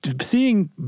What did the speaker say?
Seeing